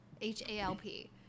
h-a-l-p